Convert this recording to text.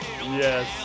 Yes